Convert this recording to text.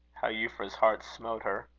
how euphra's heart smote her!